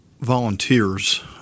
volunteers